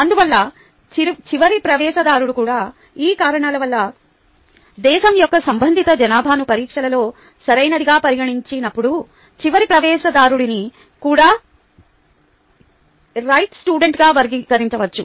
అందువల్ల చివరి ప్రవేశదారుడు కూడా ఈ కారణాల వల్ల దేశం యొక్క సంబంధిత జనాభాను పరీక్షలలో సరైనదిగా పరిగణించినప్పుడు చివరి ప్రవేశదారుడిని కూడా రైట్ స్టూడెంట్గా వర్గీకరించవచ్చు